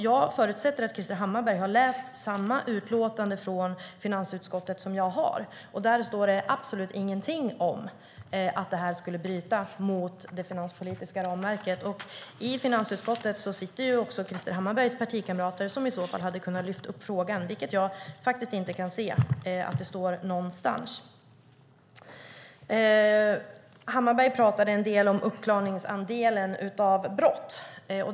Jag förutsätter att Krister Hammarbergh har läst samma utlåtande från finansutskottet som jag. Där står det absolut ingenting om att det här skulle bryta mot det finanspolitiska ramverket. I finansutskottet sitter även Krister Hammarberghs partikamrater som i så fall hade kunnat lyfta upp frågan, men det kan jag inte se någonstans. Hammarbergh talar en del om uppklarningsandelen vad gäller brott.